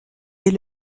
est